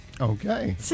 Okay